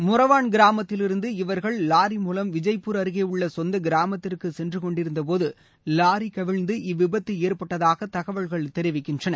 மொரவான் கிராமத்திலிருந்து இவர்கள் லாரி மூலம் விஜய்பூர் அருகே உள்ள சொந்த கிராமத்திற்கு சென்று கொண்டிருந்த போது வாரி கவிழ்ந்து இவ்விபத்து ஏற்பட்டதாக தகவல்கள் தெரிவிக்கின்றன